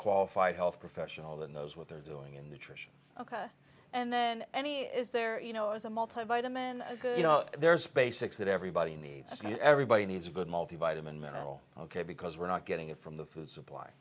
qualified health professional than those what they're doing in the tradition ok and then any is there you know as a multi vitamin you know there's basics that everybody needs and everybody needs a good multi vitamin mental ok because we're not getting it from the food supply